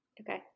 okay